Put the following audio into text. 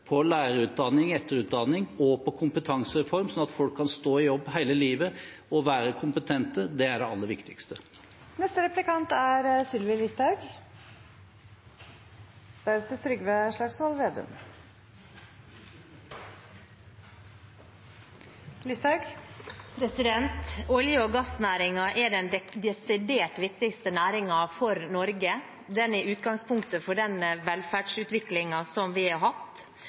lærerutdanning, etterutdanning og kompetansereform, slik at folk kan stå i jobb hele livet og være kompetente – er det aller viktigste. Olje- og gassnæringen er den desidert viktigste næringen for Norge. Den er utgangspunktet for den velferdsutviklingen vi har hatt.